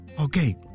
Okay